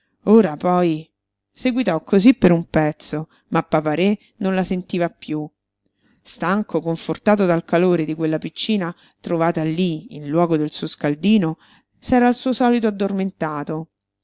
ora poi seguitò cosí per un pezzo ma papa-re non la sentiva piú stanco confortato dal calore di quella piccina trovata lí in luogo del suo scaldino s'era al suo solito addormentato